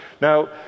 now